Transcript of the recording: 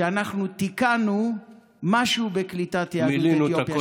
שאנחנו תיקנו משהו בקליטת יהדות אתיופיה,